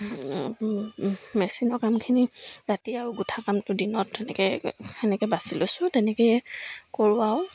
মেচিনৰ কামখিনি ৰাতি আৰু গোঠা কামটো দিনত তেনেকৈ তেনেকৈ বাচি লৈছোঁ তেনেকেই কৰোঁ আৰু